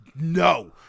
no